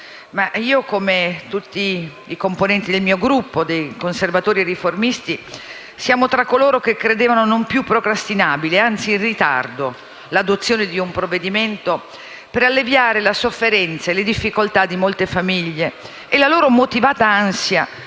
suo impegno. Noi componenti del Gruppo dei Conservatori e Riformisti siamo tra coloro che credevano non più procrastinabile l'adozione di un provvedimento per alleviare la sofferenza e le difficoltà di molte famiglie e la loro motivata ansia